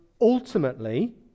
Ultimately